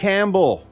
Campbell